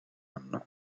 anno